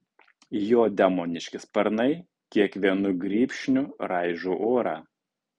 jo demoniški sparnai kiekvienu grybšniu raižo orą